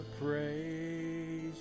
Praise